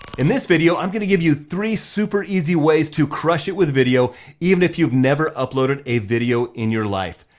in this video, i'm gonna give you three super easy ways to crush it with video even if you've never uploaded a video in your life.